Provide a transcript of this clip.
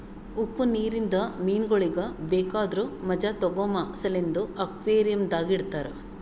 ಉಪ್ಪು ನೀರಿಂದ ಮೀನಗೊಳಿಗ್ ಬೇಕಾದುರ್ ಮಜಾ ತೋಗೋಮ ಸಲೆಂದ್ ಅಕ್ವೇರಿಯಂದಾಗ್ ಇಡತಾರ್